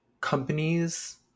companies